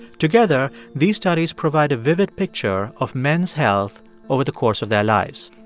together, these studies provide a vivid picture of men's health over the course of their lives.